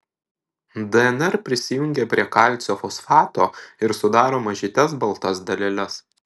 dnr prisijungia prie kalcio fosfato ir sudaro mažytes baltas daleles